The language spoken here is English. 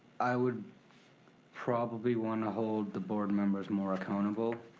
i would probably wanna hold the board members more accountable,